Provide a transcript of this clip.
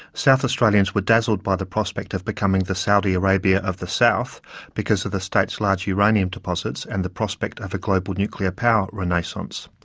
south australians were dazzled by the prospect of becoming the saudi arabia of the south because of the state's large uranium deposits and the prospect of a global nuclear power renaissance.